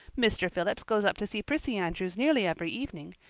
mr. phillips goes up to see prissy andrews nearly every evening.